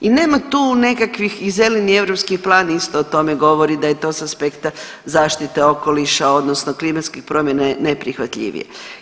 I nema tu nekakvih i zeleni europski plan isto o tome govori da je to sa aspekta zaštite okoliša, odnosno klimatskih promjena je najprihvatljivije.